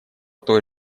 той